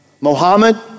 Mohammed